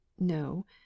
No